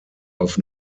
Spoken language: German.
auf